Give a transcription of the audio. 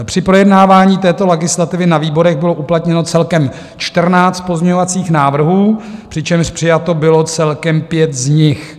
Při projednávání této legislativy na výborech bylo uplatněno celkem 14 pozměňovacích návrhů, přičemž přijato bylo celkem 5 z nich.